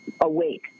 awake